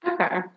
okay